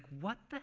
what the